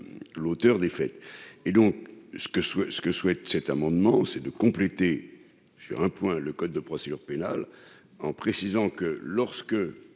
l'auteur défaite et donc ce que ce que ce que souhaite cet amendement c'est de compléter : j'ai un point le code de procédure pénale, en précisant que lorsque